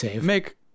make